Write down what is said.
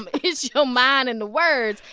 um it's your mind and the words.